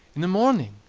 in the morning,